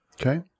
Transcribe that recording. Okay